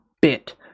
bit